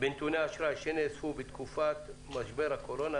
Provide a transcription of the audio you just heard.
בנתוני אשראי שנאספו בתקופת משבר הקורונה),